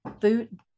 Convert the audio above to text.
food